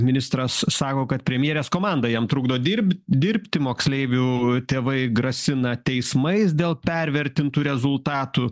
ministras sako kad premjerės komanda jam trukdo dirb dirbti moksleivių tėvai grasina teismais dėl pervertintų rezultatų